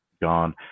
gone